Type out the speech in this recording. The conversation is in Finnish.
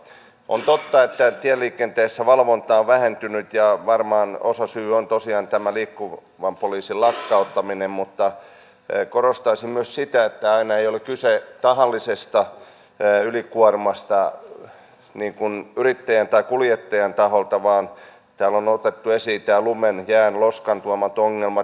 on totta että tieliikenteessä valvonta on vähentynyt ja varmaan osasyy on tosiaan tämä liikkuvan poliisin lakkauttaminen mutta korostaisin myös sitä että aina ei ole kyse tahallisesta ylikuormasta yrittäjän tai kuljettajan taholta vaan täällä on otettu esiin nämä lumen jään ja loskan tuomat ongelmat